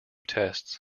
tests